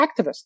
activists